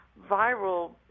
viral